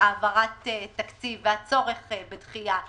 בהעברת תקציב והצורך בדחייה,